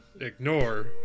ignore